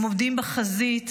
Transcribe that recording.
הם עומדים בחזית,